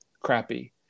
crappy